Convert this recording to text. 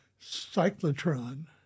cyclotron